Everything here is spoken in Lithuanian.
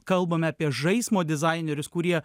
kalbame apie žaismo dizainerius kurie